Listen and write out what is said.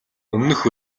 өмнөх